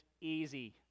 easy